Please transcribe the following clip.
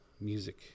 music